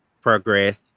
progress